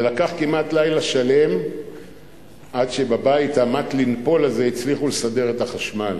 זה לקח כמעט לילה שלם עד שבבית המט לנפול הזה הצליחו לסדר את החשמל.